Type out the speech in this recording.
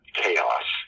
chaos